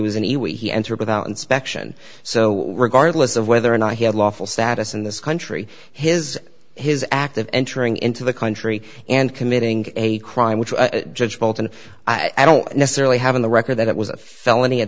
was anyway he entered without inspection so regardless of whether or not he had lawful status in this country his his act of entering into the country and committing a crime which judge bolton i don't necessarily have in the record that it was a felony at